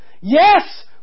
Yes